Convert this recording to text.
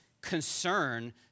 Concern